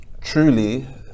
truly